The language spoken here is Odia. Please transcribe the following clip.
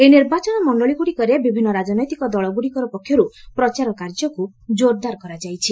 ଏହି ନିର୍ବାଚନମଣ୍ଡଳୀ ଗୁଡ଼ିକରେ ବିଭିନ୍ନ ରାକନେତିକ ଦଳଗୁଡ଼ିକର ପକ୍ଷରୁ ପ୍ରଚାର କାର୍ଯ୍ୟକୁ ଜୋର୍ଦାର କରାଯାଇଛି